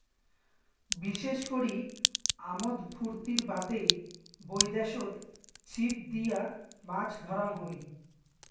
বিশেষ করি আমোদ ফুর্তির বাদে বৈদ্যাশত ছিপ দিয়া মাছ ধরাং হই